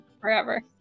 forever